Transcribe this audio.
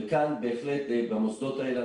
וכאן בהחלט במוסדות האלה,